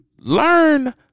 Learn